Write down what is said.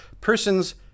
persons